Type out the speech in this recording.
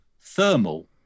Thermal